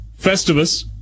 Festivus